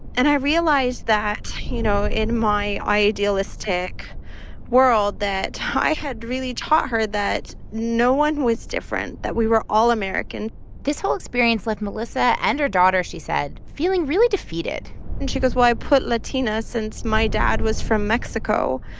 and i realized that, you know, in my idealistic world that i had really taught her that no one was different, that we were all american this whole experience left melissa and her daughter, she said, feeling really defeated and she goes, well, i put latina since my dad was from mexico.